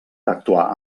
actuà